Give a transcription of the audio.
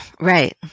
Right